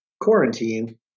quarantine